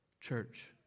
church